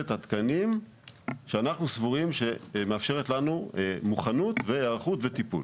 התקנים שאנחנו סבורים שמאפשרת לנו מוכנות והיערכות וטיפול.